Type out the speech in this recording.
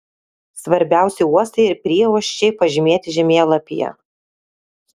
svarbiausi uostai ir prieuosčiai pažymėti žemėlapyje